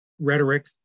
rhetoric